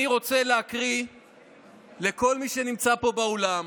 אני רוצה להקריא לכל מי שנמצא פה באולם